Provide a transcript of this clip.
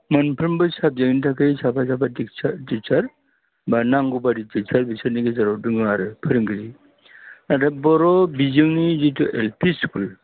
मोनफ्रोमबो साबजेक्टनि थाखाय साफा साफा टिचार बा नांगौ बायदि टिचार बिसोरनि गेजेराव दङ आरो फोरोंगिरि आरो बर' बिजोंनि जितु एल पि स्कुल